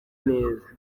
neza